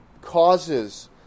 causes